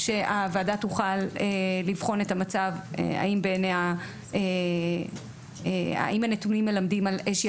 שהוועדה תוכל לבחון את המצב ולראות האם הנתונים מלמדים על איזושהי